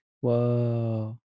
Whoa